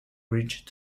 bridge